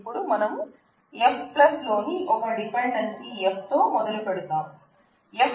ఇపుడు మనం F లోని ఒక డిపెండెన్సీ F తో మొదలు పెడదాం